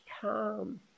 calm